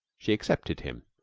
she accepted him.